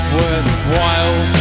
worthwhile